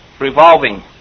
revolving